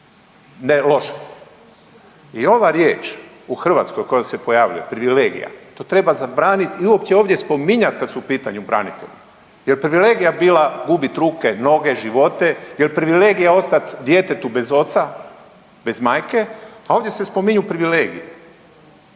je loše i ova riječ u Hrvatskoj koja se pojavljuje privilegija to treba zabraniti i uopće ovdje spominjati kada su u pitanju branitelji. Jel' privilegija bila gubiti ruke, noge, živote, jel' privilegija ostati djetetu bez oca, bez majke? A ovdje se spominju privilegije.